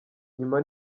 nyuma